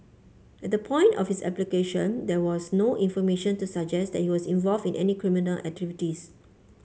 at the point of his application there was no information to suggest that he was involved in any criminal activities